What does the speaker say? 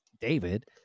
David